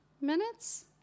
minutes